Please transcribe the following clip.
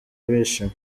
bishima